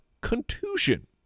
contusion